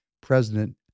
President